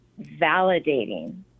validating